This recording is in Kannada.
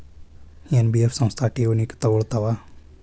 ಎನ್.ಬಿ.ಎಫ್ ಸಂಸ್ಥಾ ಠೇವಣಿ ತಗೋಳ್ತಾವಾ?